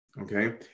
okay